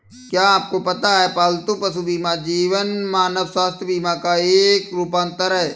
क्या आपको पता है पालतू पशु बीमा मानव स्वास्थ्य बीमा का एक रूपांतर है?